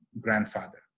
grandfather